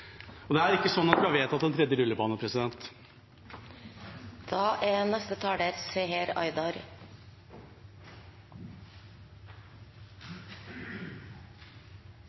Og det er ikke sånn at vi har vedtatt en tredje rullebane. Å ta ungdom på alvor er